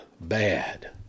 bad